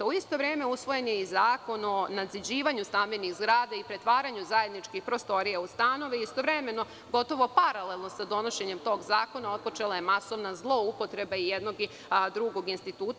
U isto vreme, usvojen je i zakon o nadziđivanju stambenih zgrada i pretvaranju zajedničkih prostorija u stanove i istovremeno, gotovo paralelno sa donošenjem tog zakona otpočela je masovna zloupotreba i jednog i drugog instituta.